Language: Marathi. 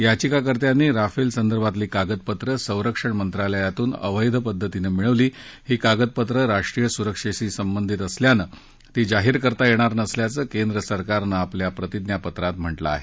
याचिकाकर्त्यांनी राफेल संदर्भातली कागदपत्रं संरक्षण मंत्रालयातून अवैध पद्धतीनं मिळवली ही कागदपत्रं राष्ट्रीय सुरक्षेशी संबंधित असल्यानं ती जाहीर करता येणार नसल्याचं केंद्र सरकारनं आपल्या प्रतिज्ञापत्रात म्हटलं आहे